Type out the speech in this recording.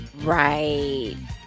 Right